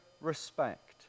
respect